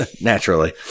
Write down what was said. naturally